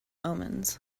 omens